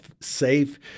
safe